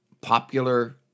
popular